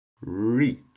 reach